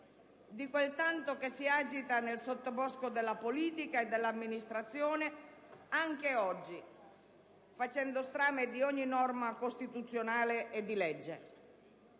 di quel tanto che si agita nel sottobosco della politica e dell'amministrazione anche oggi, facendo strame di ogni norma costituzionale e di legge.